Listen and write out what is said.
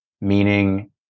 meaning